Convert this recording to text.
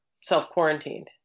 self-quarantined